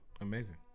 Amazing